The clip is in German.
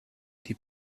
die